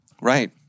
Right